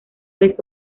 vez